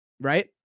Right